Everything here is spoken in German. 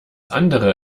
andere